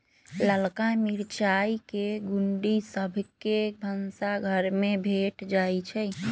ललका मिरचाई के गुण्डी सभ घर के भनसाघर में भेंट जाइ छइ